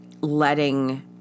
letting